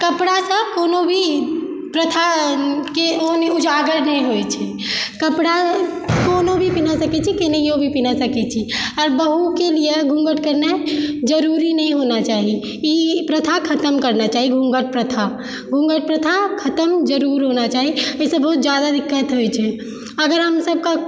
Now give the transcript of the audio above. कपड़ासँ कोनो भी प्रथा के ओ नहि उजागर नहि होइ छै कपड़ा कोनो भी पहिनैसँ किछु केनहियौं पहिन सकै छी आओर बहूके लिए घूँघट केनाइ जरुरी नहि होना चाही ई प्रथा खतम करना चाही घूँघट प्रथा घूँघट प्रथा खतम जरूर होना चाही एहिसँ बहुत जादा दिक्कत होइ छै अगर हम सबके